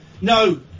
No